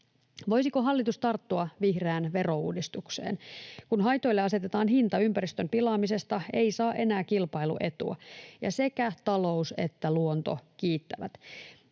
Voisiko hallitus tarttua vihreään verouudistukseen? Kun haitoille asetetaan hinta ympäristön pilaamisesta, ei saa enää kilpailuetua ja sekä talous että luonto kiittävät.